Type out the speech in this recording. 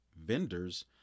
vendors